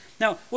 Now